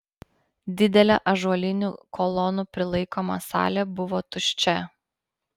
didelė ąžuolinių kolonų prilaikoma salė buvo tuščia